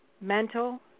mental